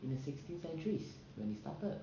in the sixteenth centuries when it started